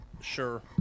Sure